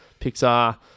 Pixar